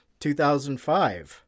2005